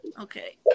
Okay